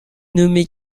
nommé